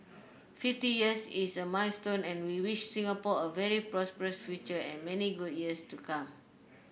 fifty years is a milestone and we wish Singapore a very prosperous future and many good years to come